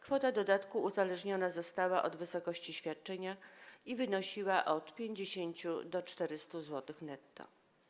Kwota dodatku uzależniona została od wysokości świadczenia i wynosiła od 50 do 400 zł netto.